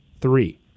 Three